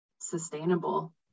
sustainable